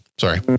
Sorry